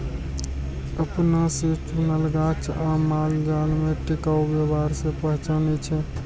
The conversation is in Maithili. अपना से चुनल गाछ आ मालजाल में टिकाऊ व्यवहार से पहचानै छै